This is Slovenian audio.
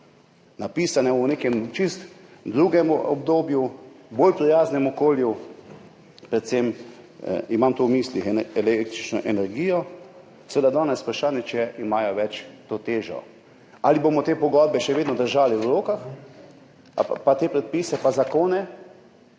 napisane v nekem čisto drugem obdobju, v bolj prijaznem okolju, predvsem imam tu v mislih električno energijo, seveda je danes vprašanje, če še imajo to težo. Ali bomo te pogodbe in te predpise ter zakone